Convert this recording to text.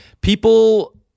people